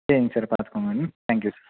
சரிங்க சார் பார்த்துக்கோங்க ம் தேங்க் யூ சார்